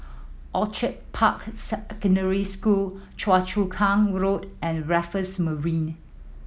Orchid Park Secondary School Choa Chu Kang Road and Raffles Marina